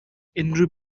unrhyw